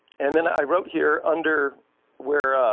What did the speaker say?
and then i wrote here under where